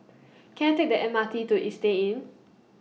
Can I Take The M R T to Istay Inn